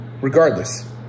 regardless